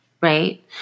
right